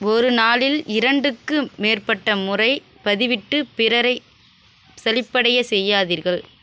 ஒரு நாளில் இரண்டுக்கு மேற்பட்ட முறை பதிவிட்டு பிறரை சலிப்படைய செய்யாதீர்கள்